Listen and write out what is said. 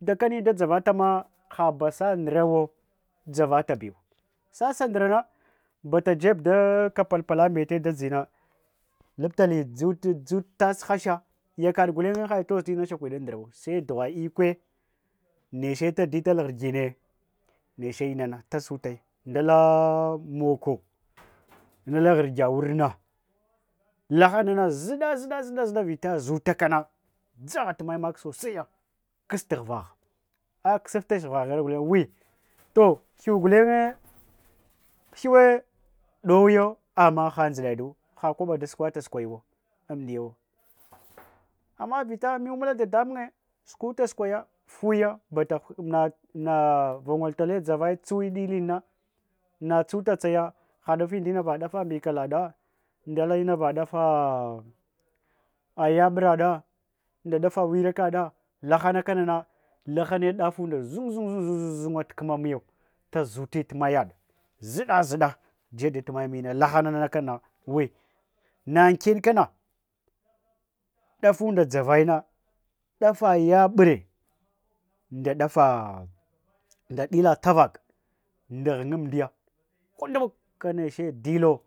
dakani da dʒavatama haba sa ndrawo, dʒavatabiw, sasa ndrana mbata jeb da kapal pala mbete da dʒina, laptahi dʒu tas hasha yakaɗ gulenye had toʒ tina shakwiɗandraw sai dugha ikwe, neche tadital ghirgine, neche inana ta sutai ndala moko gula ghirgya wurna. Lahanana dʒuɗa dʒuɗa vata zutakana dʒagha tuma mala sosaiya, kastughvagh aksaftach ghvghna ni. To hyu do gulenye hyuwe dogo ama ha nʒuɗaɗo. ha kwabɗa da sukwata taskwayawo. Ama vita mew nula dadamunye sukuta skwayo fuya mbata na na vangol tala dʒa voya tsui mchina tsufa tsaya hadafi indinva dafa mbiƙala da ndala inava ɗafa yaɓuraɗa nda ɗafa wurakaɗa lahana kanana lahane ɗahunda dʒunʒdungma tu kam miyo. Tadʒuti tu mayaɗ dʒuɗa dʒuɗa jeb dat mai mina laha kanana ui na ankenka ɗafund dʒavaina, ɗafa yabre, nda ɗafa nda dila tavak, nda ghinyandiya hunɗunbuka neche dillo.